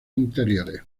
interiores